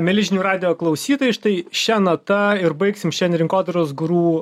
mieli žinių radijo klausytojai štai šia nata ir baigsim šiandien rinkodaros guru